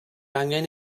angen